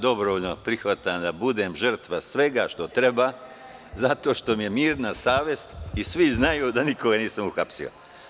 Dobrovoljno prihvatam da budem žrtva svega što treba zato što mi je mirna savest i svi znaju da nikoga nisam uhapsio.